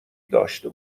داشته